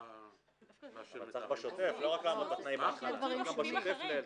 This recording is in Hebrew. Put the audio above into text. פה הוא מפקח על סמים מסוכנים.